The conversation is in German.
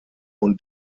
und